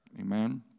Amen